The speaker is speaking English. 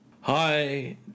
Hi